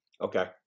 Okay